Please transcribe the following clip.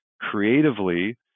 creatively